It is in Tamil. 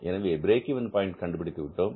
எனவே பிரேக் இவென் பாயின்ட் கண்டுபிடித்து விட்டோம்